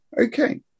Okay